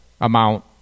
amount